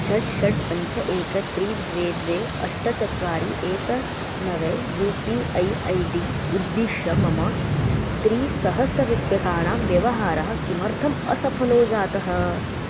षट् षट् पञ्च एकं त्रीणि द्वे द्वे अष्ट चत्वारि एकं नव U P I I D उद्दिश्य मम त्रिसहस्ररूप्यकाणां व्यवहारः किमर्थम् असफलो जातः